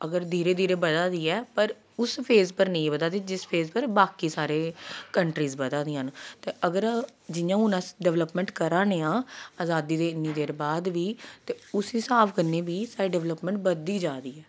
अगर धीरे धीरे बधा दी ऐ पर उस फेज़ पर निं बधा दी जिस फेज़ पर बाकी सारे कंट्रीज़ बधा दियां न ते अगर जि'यां हून अस डेवलपमेंट करा नै आं अजादी दे इ'न्नी देर बाद बी ते उस्सै स्हाब कन्नै बी साढ़ी डेवलपमेंट बधदी जा दी ऐ